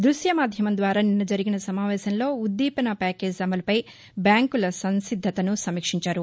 దృశ్య మాద్యమం ద్వారా నిన్న జరిగిన సమావేశంలో ఉద్దీపన ప్యాకేజీ అమలుపై బ్యాంకుల సంసిద్దతను సమీక్షించారు